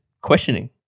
questioning